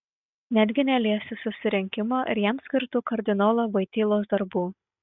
netgi neliesiu susirinkimo ir jam skirtų kardinolo voitylos darbų